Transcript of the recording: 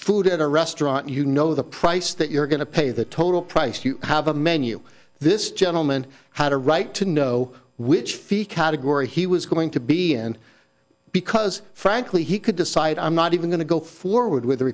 food at a restaurant you know the price that you're going to pay the total price you have a menu this gentleman had a right to know which feat category he was going to be in because frankly he could decide i'm not even going to go forward with